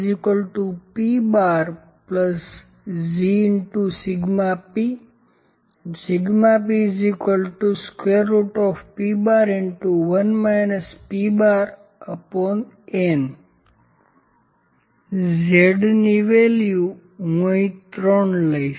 LP¯ZP pP¯1 P¯n તેથી z ની કિંમત જે હું અહીં 3 લઈશ